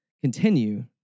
Continue